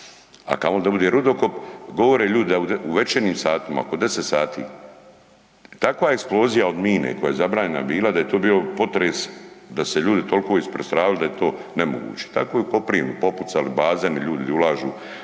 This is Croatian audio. a kamoli da bude rudokop. Govore ljudi da u večernjim satima, oko 10 sati, takva eksplozija od mine koja je zabranjena bila da je to bio potres da su se ljudi tolko isprestravili da je to nemoguće. Tako je i u Koprivnu, popucali bazeni, ljudi ulažu